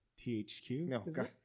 THQ